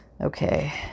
Okay